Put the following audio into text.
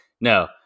No